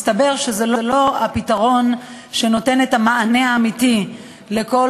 מסתבר שזה לא הפתרון שנותן את המענה האמיתי לכל